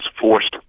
forced